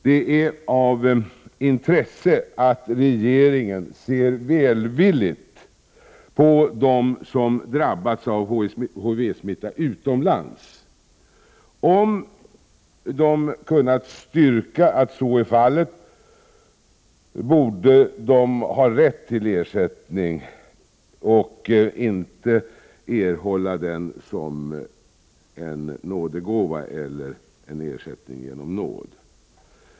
Det är av intresse att regeringen ser välvilligt på dem som drabbats av HIV-smitta utomlands. Om de kunnat styrka att så är fallet, borde de ha rätt till ersättning och inte erhålla en nådegåva.